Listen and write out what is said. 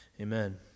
Amen